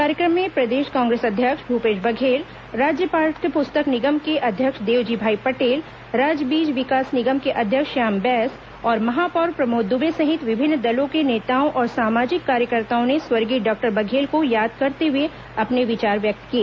कार्यक्रम में प्रदेश कांग्रेस अध्यक्ष भूपेश बघेल राज्य पाठ्य पुस्तक निगम के अध्यक्ष देवजी भाई पटेल राज्य बीज विकास निगम के अध्यक्ष श्याम बैस और महापौर प्रमोद दुबे सहित विभिन्न दलों के नेताओं और सामाजिक कार्यकर्ताओं ने स्वर्गीय डॉक्टर बघेल को याद करते हुए अपने विचार व्यक्त किए